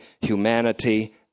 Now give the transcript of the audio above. humanity